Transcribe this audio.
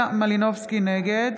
נגד